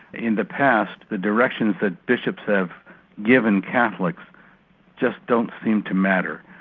in the past, the directions that bishops have given catholics just don't seem to matter.